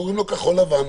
לגוף הזה קוראים כחול לבן.